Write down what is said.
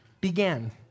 began